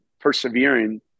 persevering